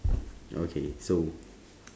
okay so